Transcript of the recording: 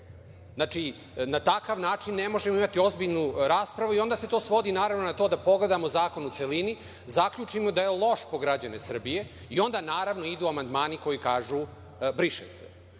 Znači, na takav način ne možemo imati ozbiljnu raspravu i onda se to svodi na to da pogledamo zakon u celini, zaključimo da je on loš po građane Srbije i onda, naravno, idu amandmani koji kažu „briše